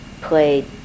played